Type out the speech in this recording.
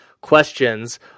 questions